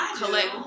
collect